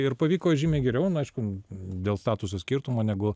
ir pavyko žymiai geriau na aišku dėl statuso skirtumo negu